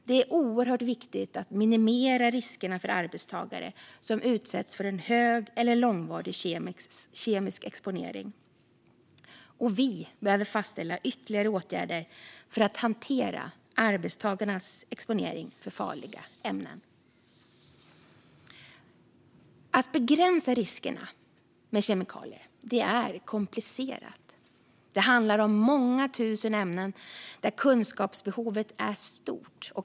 Det är oerhört viktigt att minimera riskerna för arbetstagare som utsätts för en hög eller långvarig kemisk exponering. Vi behöver fastställa ytterligare åtgärder för att hantera arbetstagarnas exponering för farliga ämnen. Att begränsa riskerna med kemikalier är komplicerat. Det handlar om många tusen ämnen där kunskapsbehovet är stort.